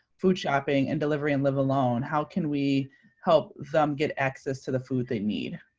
food shopping, and delivery and live alone? how can we help them get access to the food they need?